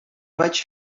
vaig